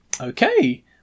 Okay